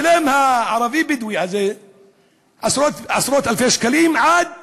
הערבי-בדואי הזה משלם עשרות-אלפי שקלים, עד